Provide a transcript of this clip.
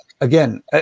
again